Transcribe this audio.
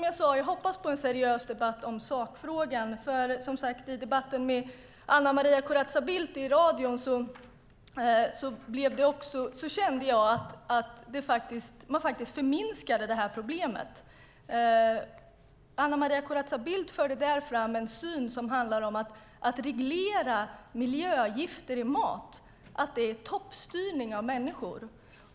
Jag hoppas på en seriös debatt i sakfrågan, för i radiodebatten med Anna Maria Corazza Bildt kände jag att hon förminskade problemet. Anna Maria Corazza Bildt förde fram en syn att reglering av miljögifter i mat är att toppstyra människor.